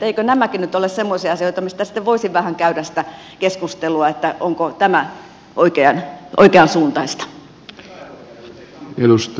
eivätkö nämäkin nyt ole semmoisia asioita mistä sitten voisi vähän käydä sitä keskustelua onko tämä oikeansuuntaista